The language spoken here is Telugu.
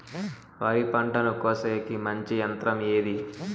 వరి పంటను కోసేకి మంచి యంత్రం ఏది?